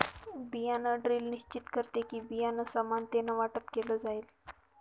बियाण ड्रिल निश्चित करते कि, बियाणं समानतेने वाटप केलं जाईल